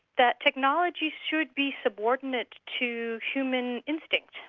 that technologies should be subordinate to human instincts,